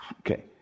Okay